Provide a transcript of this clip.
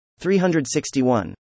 361